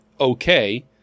okay